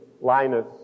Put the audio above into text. Linus